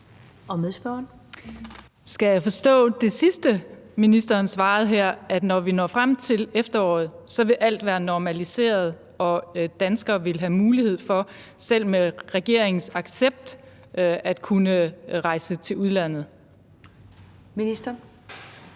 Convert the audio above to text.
Tørnæs (V): Skal jeg forstå det sidste, ministeren svarede her, sådan, at når vi når frem til efteråret, vil alt være normaliseret, og danskere vil have mulighed for selv med regeringens accept at kunne rejse til udlandet?